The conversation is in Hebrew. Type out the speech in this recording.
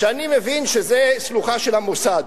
שאני מבין שזה שלוחה של המוסד,